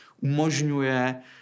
umožňuje